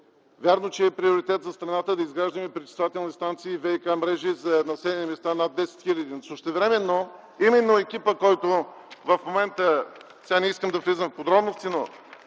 Вярно е, че е приоритет на страната да изграждаме пречиствателни станции и ВиК мрежи за населени места над 10 хиляди. Същевременно, именно екипът, който в момента – сега не искам да влизам в подробности, но